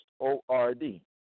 O-R-D